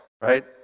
right